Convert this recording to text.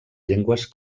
llengües